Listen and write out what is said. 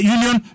Union